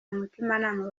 mutimanama